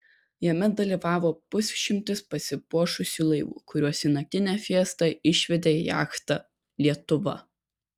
jame dalyvavo pusšimtis pasipuošusių laivų kuriuos į naktinę fiestą išvedė jachta lietuva